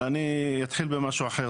אבל אני דווקא אתחיל במשהו אחר.